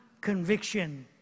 conviction